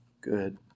good